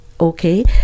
okay